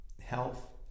health